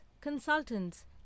consultants